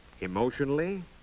emotionally